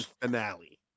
finale